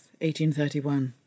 1831